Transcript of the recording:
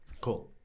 Cool